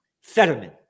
Fetterman